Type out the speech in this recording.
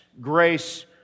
Grace